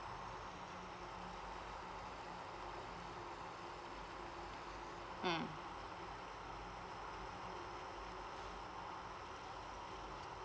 mm